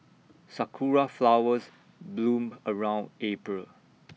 Sakura Flowers bloom around April